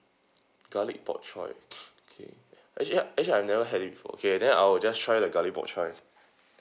garlic bok choy okay actually actually I've never had it before okay then I'll just try the garlic bok choy